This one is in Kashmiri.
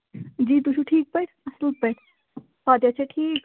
جی تُہۍ چھِو ٹھیٖک پٲٹھۍ اَصٕل پٲٹھۍ فاتحیا چھا ٹھیٖک